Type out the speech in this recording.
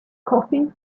coffee